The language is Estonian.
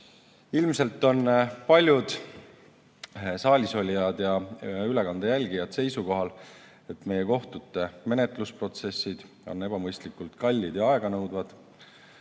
Ilmselt on paljud saalisolijad ja ülekande jälgijad seisukohal, et meie kohtute menetlusprotsessid on ebamõistlikult kallid ja aeganõudvad.